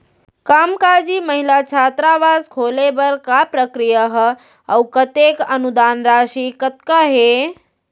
कामकाजी महिला छात्रावास खोले बर का प्रक्रिया ह अऊ कतेक अनुदान राशि कतका हे?